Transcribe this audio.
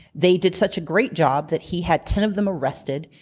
they did such a great job that he had ten of them arrested.